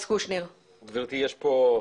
גברתי, יש פה,